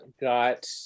got